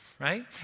right